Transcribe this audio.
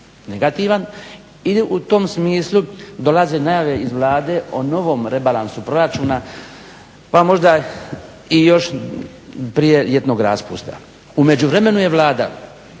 negativan ili u tom smislu dolaze najave iz Vlade o novom rebalansu proračuna pa možda i još prije ljetnog raspusta. U međuvremenu je Vlada